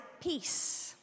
peace